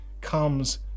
comes